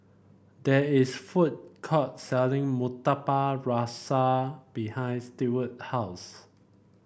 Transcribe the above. there is a food court selling Murtabak Rusa behind Steward's house